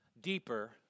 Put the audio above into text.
deeper